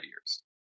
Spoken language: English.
years